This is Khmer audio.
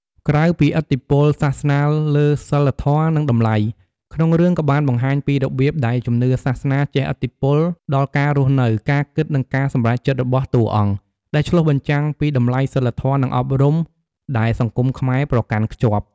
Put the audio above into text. ក្រៅពីឥទ្ធិពលសាសនាលើសីលធម៌ និងតម្លៃ ក្នុងរឿងក៏បានបង្ហាញពីរបៀបដែលជំនឿសាសនាជះឥទ្ធិពលដល់ការរស់នៅ ការគិត និងការសម្រេចចិត្តរបស់តួអង្គ ដែលឆ្លុះបញ្ចាំងពីតម្លៃសីលធម៌ និងអប់រំដែលសង្គមខ្មែរប្រកាន់ខ្ជាប់ ។